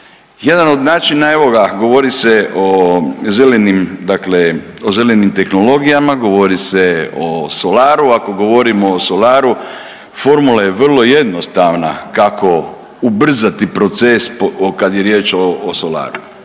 Jedan od načina, evo ga govori se o zelenim, dakle o zelenim tehnologijama. Govori se o solaru. Ako govorimo o solaru formula je vrlo jednostavna kako ubrzati proces kad je riječ o solaru?